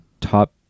top